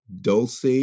Dulce